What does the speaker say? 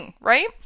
right